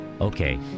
Okay